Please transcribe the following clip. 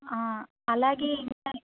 అలాగే